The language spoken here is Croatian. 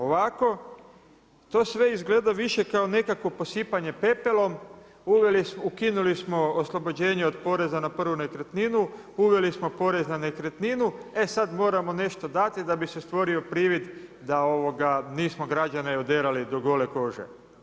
Ovako to sve izgleda više kao nekakvo posipanje pepelom, ukinuli smo oslobođenje od poreza na prvu nekretninu, uveli smo porez na nekretninu, e sad moramo nešto dati da bi se stvorio privid da nismo građane oderali do gole kože.